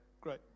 Great